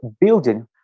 building